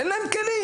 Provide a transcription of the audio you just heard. אין להם כלים.